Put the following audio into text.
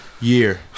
year